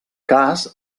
cas